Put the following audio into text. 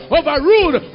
overruled